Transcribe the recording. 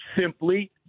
simply